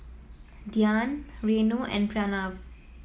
Dhyan Renu and Pranav